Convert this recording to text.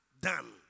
done